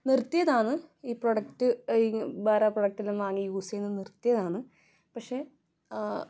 നിർത്തിയതാണ് ഈ പ്രോഡക്റ്റ് വേറെ പ്രോഡക്റ്റെല്ലാം വാങ്ങി യൂസ് ചെയ്ത് നിർത്തിയതാണ് പക്ഷേ